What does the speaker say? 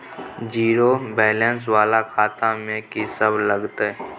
Zero balance वाला खाता में की सब लगतै?